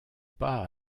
pas